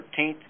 13th